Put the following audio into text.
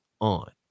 on